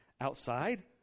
outside